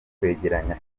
kwegeranya